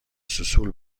سوسول